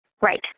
Right